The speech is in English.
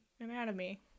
anatomy